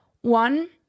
One